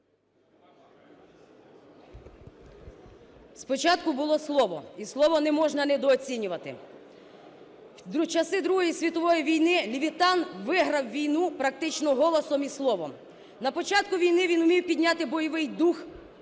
Спочатку було слово, і слово не можна недооцінювати. В часи Другої світової війни Левітан виграв війну практично голосом і словом. На початку війни він умів підняти бойовий дух хлопців,